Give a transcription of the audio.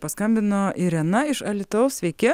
paskambino irena iš alytaus sveiki